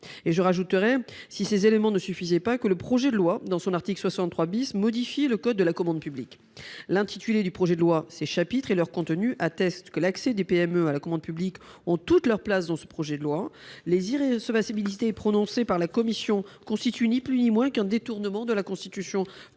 J'ajoute, au cas où ces éléments ne suffiraient pas, que le projet de loi, dans son article 63 , modifie le code de la commande publique. L'intitulé du projet de loi, ses chapitres et leur contenu attestent que l'accès des PME à la commande publique a toute sa place dans ce projet de loi. Les irrecevabilités prononcées par la commission spéciale ne constituent ni plus ni moins, selon nous, qu'un détournement de la Constitution.